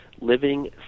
Living